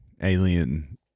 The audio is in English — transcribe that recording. alien